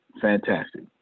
Fantastic